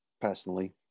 personally